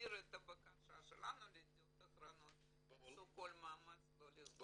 להעביר את הבקשה שלנו לידיעות אחרונות שיעשו כל מאמץ לא לסגור.